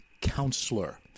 counselor